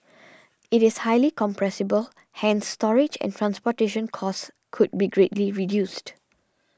it is highly compressible hence storage and transportation costs could be greatly reduced